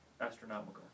astronomical